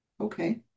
Okay